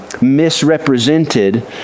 misrepresented